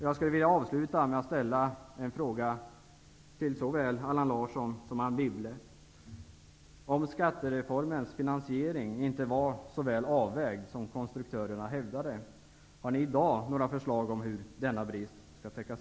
Jag skulle vilja avsluta med att ställa en fråga till såväl Allan Larsson som Anne Wibble: Om skattereformens finansiering inte var så väl avvägd som konstruktörerna hävdade, har ni i dag några förslag om hur denna brist skall täckas?